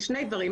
שני דברים.